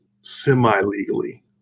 semi-legally